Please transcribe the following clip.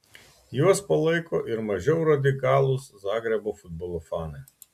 juos palaiko ir mažiau radikalūs zagrebo futbolo fanai